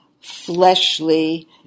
fleshly